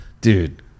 Dude